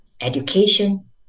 education